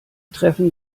treffen